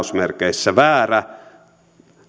väärä